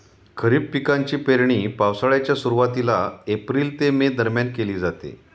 खरीप पिकांची पेरणी पावसाळ्याच्या सुरुवातीला एप्रिल ते मे दरम्यान केली जाते